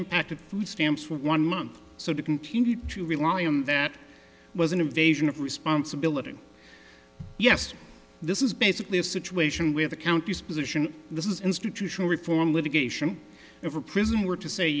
impacted food stamps for one month so to continue to rely on that was an invasion of responsibility yes this is basically a situation where the counties position this is institutional reform litigation if a prison were to say